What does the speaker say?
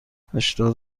هشتاد